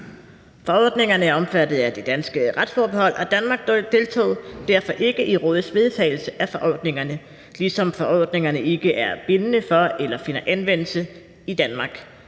Forordningerne er omfattet af det danske retsforbehold, og Danmark deltog derfor ikke i Rådets vedtagelse af forordningerne, ligesom forordningerne ikke er bindende for eller finder anvendelse i Danmark.